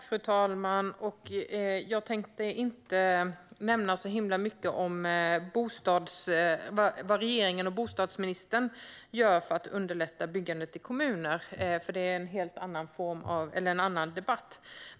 Fru talman! Jag tänker inte säga så himla mycket om vad regeringen och bostadsministern gör för att underlätta för byggandet i kommunerna, för det är en helt annan debatt.